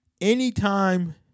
anytime